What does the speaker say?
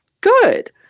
good